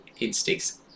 instincts